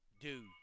dude